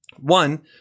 One